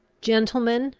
gentlemen,